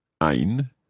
ein